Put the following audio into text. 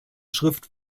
schrift